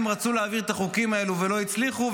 רצו להעביר את החוקים האלה ולא הצליחו,